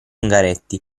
ungaretti